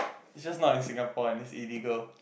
it's just not in Singapore and it's illegal